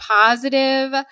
positive